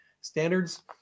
standards